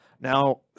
Now